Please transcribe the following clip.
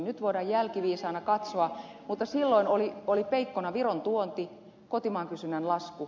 nyt voidaan jälkiviisaana katsoa mutta silloin oli peikkona viron tuonti kotimaan kysynnän lasku